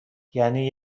یعنی